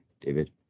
David